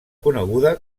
coneguda